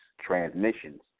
transmissions